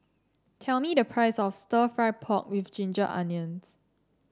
tell me the price of stir fry pork with Ginger Onions